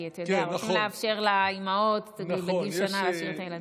כי רוצים לאפשר לאימהות להשאיר את הילדים עד גיל שנה.